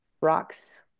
rocks